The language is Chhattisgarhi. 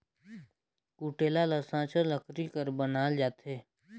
कुटेला ल साचर लकरी कर बनाल जाथे